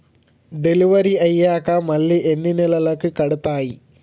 Delivery అయ్యాక మళ్ళీ ఎన్ని నెలలకి కడుతాయి?